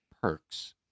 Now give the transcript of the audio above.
Perks